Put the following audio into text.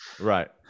Right